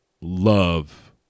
love